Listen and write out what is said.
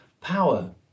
power